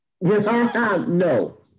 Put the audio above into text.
No